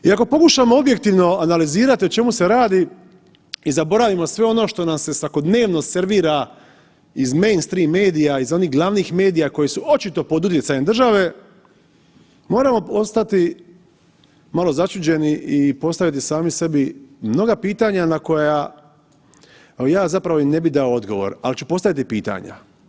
I ako pokušamo objektivno analizirati o čemu se radi i zaboravimo sve ono što nam se svakodnevno servira iz mainstream medija iz onih glavnih medija koji su očito pod utjecajem države, moramo postati malo začuđeni i postaviti sami sebi mnoga pitanja na koja evo ja i zapravo ne bih dao odgovor, ali ću postaviti pitanja.